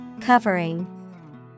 Covering